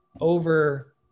over